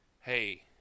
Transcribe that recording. Hey